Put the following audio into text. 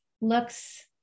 looks